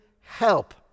help